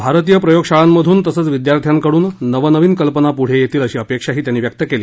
भारतीय प्रयोग शाळातून तसंच विद्यार्थ्यांकडून नवनवीन कल्पना पुढे येतील अशी अपेक्षा ही त्यांनी व्यक्त केली